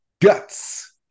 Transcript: Guts